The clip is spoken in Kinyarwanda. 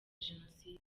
jenoside